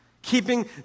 Keeping